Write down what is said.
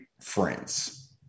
friends